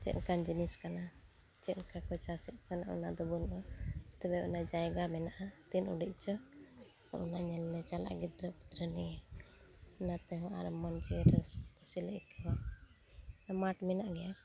ᱪᱮᱫᱞᱮᱠᱟᱱ ᱡᱤᱱᱤᱥ ᱠᱟᱱᱟ ᱪᱮᱫᱞᱮᱠᱟᱠᱚ ᱪᱟᱥᱮᱫ ᱠᱟᱱᱟ ᱚᱱᱟᱫᱚ ᱛᱚᱵᱮ ᱚᱸᱰᱮ ᱡᱟᱭᱜᱟ ᱢᱮᱱᱟᱜᱼᱟ ᱛᱤᱱ ᱩᱰᱤᱡ ᱪᱚ ᱚᱱᱟ ᱧᱮᱞ ᱞᱮ ᱪᱟᱞᱟᱜᱼᱟ ᱜᱤᱫᱽᱨᱟᱹ ᱯᱤᱫᱽᱨᱟᱹ ᱱᱤᱭᱟᱹ ᱚᱱᱟᱛᱮ ᱦᱚᱸ ᱟᱨᱚ ᱢᱚᱡᱽ ᱠᱩᱥᱤᱞᱮ ᱟᱹᱭᱠᱟᱹᱣᱟ ᱢᱟᱴ ᱢᱮᱱᱟᱜ ᱜᱮᱭᱟ